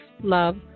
love